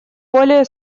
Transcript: более